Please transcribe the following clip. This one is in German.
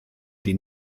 die